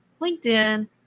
LinkedIn